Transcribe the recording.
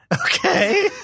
Okay